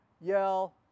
yell